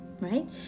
right